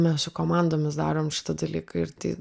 mes su komandomis darom šitą dalyką ir tai